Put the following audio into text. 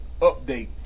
update